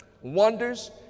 wonders